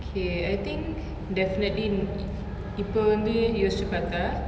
okay I think definitely in இப்ப வந்து யோசிச்சு பாத்தா:ippa vanthu yosichu paathaa